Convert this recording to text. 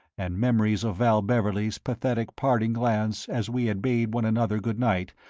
and memories of val beverley's pathetic parting glance as we had bade one another good-night,